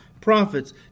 prophets